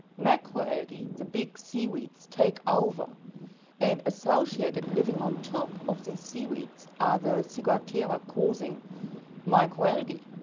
micro-algae, the big seaweeds, take over and associated, living on top of these seaweeds are the ciguatera-causing micro-algae.